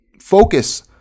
focus